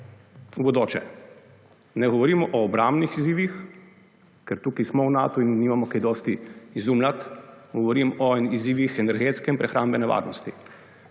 bodoče. Ne govorim o obrambnih izzivih, ker tukaj smo v Natu in nimamo kaj dosti izumljati, govorim o izzivih energetske in prehrambne varnosti.